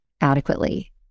adequately